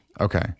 Okay